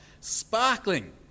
sparkling